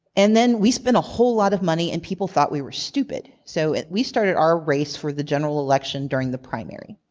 and then we spent a whole lot of money and people thought that we were stupid. so and we started our race for the general election during the primary.